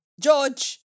George